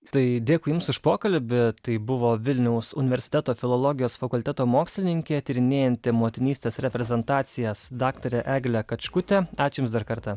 tai dėkui jums už pokalbį tai buvo vilniaus universiteto filologijos fakulteto mokslininkė tyrinėjanti motinystės reprezentacijas daktarė eglė kačkutė ačiū jums dar kartą